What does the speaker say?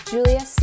Julia